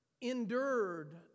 endured